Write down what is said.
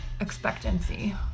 expectancy